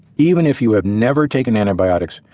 even if you have never taken antibiotics,